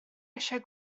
eisiau